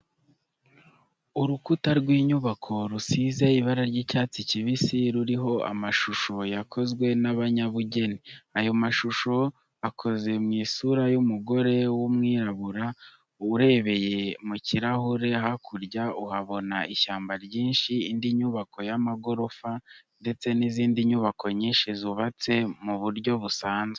Urukuta rw'inyubako rusize ibara ry'icyatsi kibisi, ruriho amashusho yakozwe n'abanyabugeni. Ayo mashusho akoze mu isura y'umugore w'umwirabura. Urebeye mu kirahure hakurya uhabona ishyamba ryinshi, indi nyubako y'amagorofa ndetse n'izindi nyubako nyinshi zubatse mu buryo busanzwe.